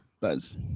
Buzz